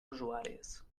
usuaris